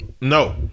No